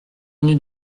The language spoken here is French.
venu